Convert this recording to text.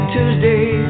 Tuesday